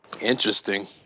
Interesting